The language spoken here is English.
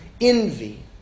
envy